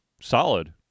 solid